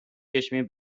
چشمگیر